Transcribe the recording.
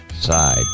side